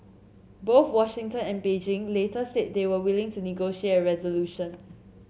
both Washington and Beijing later said they were willing to negotiate a resolution